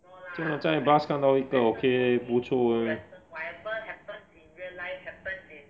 真的在 bus 看到一个 okay leh 不错 leh